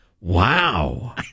Wow